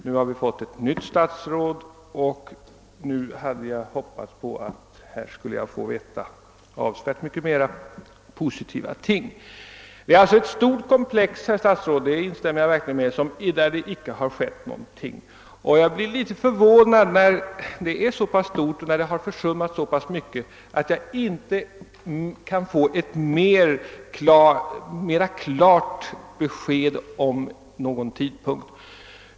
Nu har vi fått ett nytt statsråd, och jag hade hoppats få veta avsevärt mera positiva ting. Det är alltså ett stort problemkomplex, det instämmer jag verkligen i, herr statsråd, där det inte har skett någonting. Jag blev litet förvånad över att jag inte — när det är så pass stort och har försummats så mycket — kunde få ett klarare besked beträffande tidpunkten.